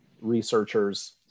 researchers